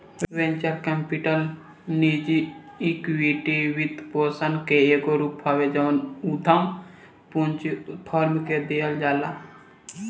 venture capital निजी equity वित्तपोषण के एगो रूप हवे जवन उधम पूंजी फार्म के दिहल जाला